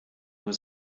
nur